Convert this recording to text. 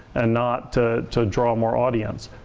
and not to to draw more audience.